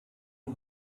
who